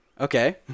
okay